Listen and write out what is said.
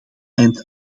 eind